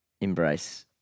embrace